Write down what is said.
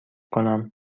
کنم